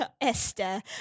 esther